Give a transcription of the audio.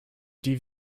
die